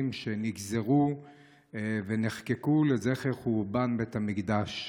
שנגזרו ונחקקו לזכר חורבן בית המקדש.